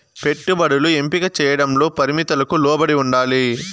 పెట్టుబడులు ఎంపిక చేయడంలో పరిమితులకు లోబడి ఉండాలి